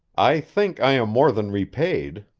i think i am more than repaid,